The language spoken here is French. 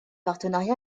partenariat